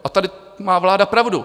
A tady má vláda pravdu.